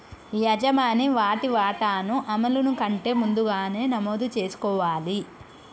యజమాని వాటి వాటాను అమలును కంటే ముందుగానే నమోదు చేసుకోవాలి